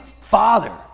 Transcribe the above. father